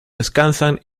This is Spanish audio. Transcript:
descansan